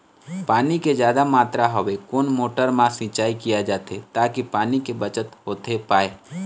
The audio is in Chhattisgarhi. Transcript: पानी के जादा मात्रा हवे कोन मोटर मा सिचाई किया जाथे ताकि पानी के बचत होथे पाए?